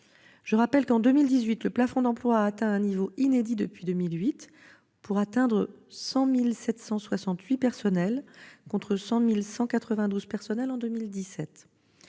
Je rappelle qu'en 2018 le plafond d'emplois a atteint un niveau inédit depuis 2008 : 100 768 personnels, contre 100 192 en 2017.